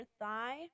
thigh